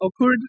occurred